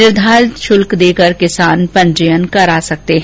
निर्धारित शुल्क देकर किसान पंजीयन करा सकता है